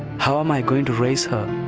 how am i going to raise her?